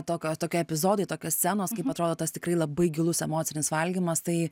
tokio tokie epizodai tokios scenos kaip atrodo tas tikrai labai gilus emocinis valgymas tai